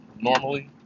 Normally